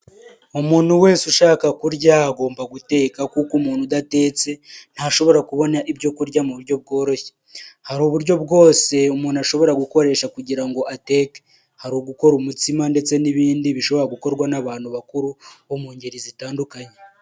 Umuntu wese ushaka kurya agomba guteka kuko umuntu udatetse ntashobora kubona ibyo kurya mu buryo bworoshye, hari uburyo bwose umuntu ashobora gukoresha kugira ngo ateke, hari ugukora umutsima ndetse n'ibindi bishobora gukorwa n'abantu bakuru bo mu ngeri zitandukanye.